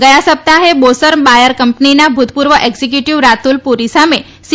ગથા સપ્તાહે મોસર બાયર કંપનીના ભૂતપૂર્વ એકઝીક્યુટીવ રાતુલ પુરી સામે સી